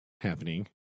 happening